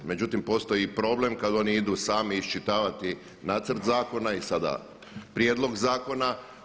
Međutim, postoji i problem kad oni idu sami iščitavati nacrt zakona i sada prijedlog zakona.